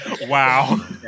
Wow